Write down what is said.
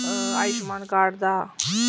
Ayushman card दा